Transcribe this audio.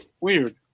Weird